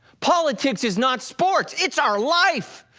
politics is not sports, it's our life,